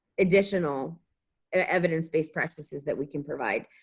additional evidence based practices that we can provide.